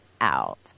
out